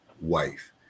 wife